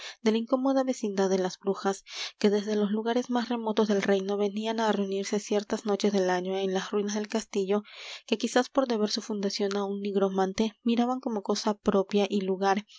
de la incómoda vecindad de las brujas que desde los lugares más remotos del reino venían á reunirse ciertas noches del año en las ruinas del castillo que quizás por deber su fundación á un nigromante miraban como cosa propia y lugar